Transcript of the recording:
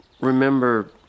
remember